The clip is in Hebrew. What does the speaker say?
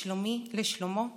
לשלומי, לשלומו ולשלמותו.